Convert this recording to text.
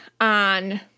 on